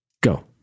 Go